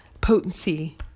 potency